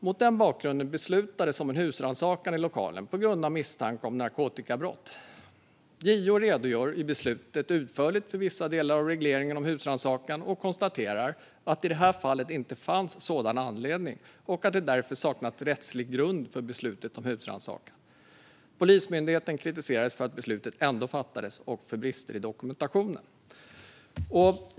Mot den bakgrunden beslutades om en husrannsakan i lokalen på grund av misstanke om narkotikabrott." I beslutet redogör JO utförligt för vissa delar av regleringen om husrannsakan och konstaterar att det i det här fallet inte fanns sådan anledning och att det därför saknats rättslig grund för beslutet om husrannsakan. Polismyndigheten kritiseras för att beslutet ändå fattades och för brister i dokumentationen.